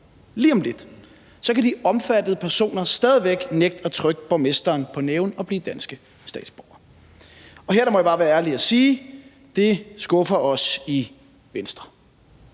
lige om lidt, kan de omfattede personer stadig væk nægte at trykke borgmesteren på næven og alligevel blive danske statsborgere. Her må jeg bare være ærlig og sige, at det skuffer os i Venstre,